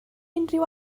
unrhyw